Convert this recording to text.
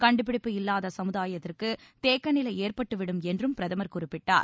கண்டுபிடிப்பு இல்லாத சமுதாயத்தில் தேக்கநிலை ஏற்பட்டுவிடும் என்றும் பிரதமர் குறிப்பிட்டார்